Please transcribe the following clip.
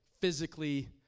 physically